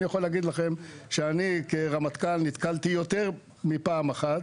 אבל אני יכול להגיד לכם שאני כרמטכ"ל נתקלתי יותר מפעם אחת